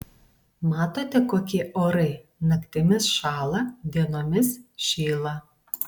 matote kokie orai naktimis šąla dienomis šyla